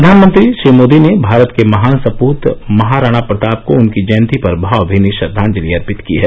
प्रधानमंत्री श्री मोदी ने भारत के महान सपृत महाराणा प्रताप को उनकी जयंती पर भावभीनी श्रद्वांजलि अर्पित की है